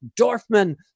Dorfman